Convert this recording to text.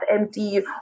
empty